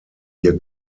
year